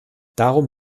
darum